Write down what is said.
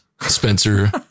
Spencer